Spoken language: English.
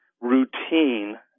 routine